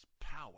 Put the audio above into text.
power